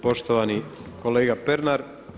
Poštovani kolega Pernar.